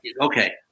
Okay